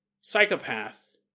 psychopath